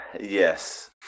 Yes